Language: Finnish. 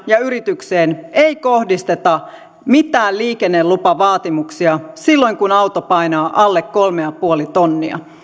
ja yritykseen ei kohdisteta mitään liikennelupavaatimuksia silloin kun auto painaa alle kolme pilkku viisi tonnia